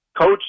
Coach